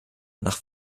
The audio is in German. nach